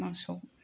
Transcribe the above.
मोसौ